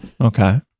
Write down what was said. Okay